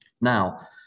Now